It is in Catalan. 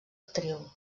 actriu